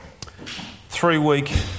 three-week